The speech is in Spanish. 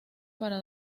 para